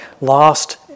lost